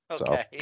Okay